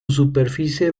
superficie